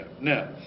Now